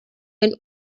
den